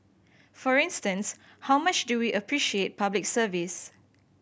for instance how much do we appreciate Public Service